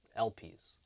LPs